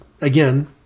again